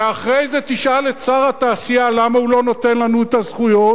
ואחרי זה תשאל את שר התעשייה למה הוא לא נותן לנו את הזכויות,